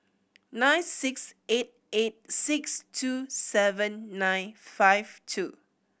nine six eight eight six two seven nine five two